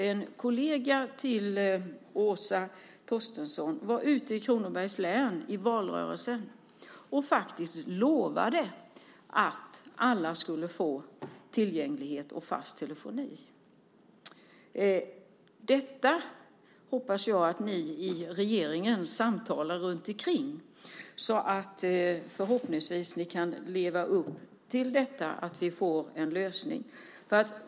En kollega till Åsa Torstensson var ute i Kronobergs län i valrörelsen och lovade att alla skulle få tillgänglighet och fast telefoni. Detta hoppas jag att ni i regeringen samtalar om, så att ni förhoppningsvis kan leva upp till detta, och vi kan få en lösning.